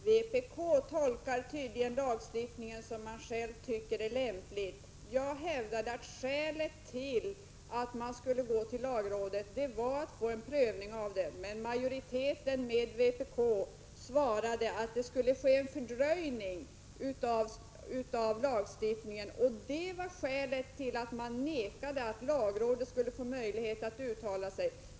Fru talman! Vpk tolkar tydligen lagstiftningen som man själv tycker är lämpligt. Jag har hävdat att skälet till att vi ville gå till lagrådet var att vi ville få en prövning av förslaget. Majoriteten inkl. vpk svarade att det skulle innebära en fördröjning av lagstiftningen. Det var orsaken till att majoriteten vägrade ge oss möjlighet att låta lagrådet uttala sig.